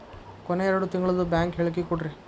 ಕೊನೆ ಎರಡು ತಿಂಗಳದು ಬ್ಯಾಂಕ್ ಹೇಳಕಿ ಕೊಡ್ರಿ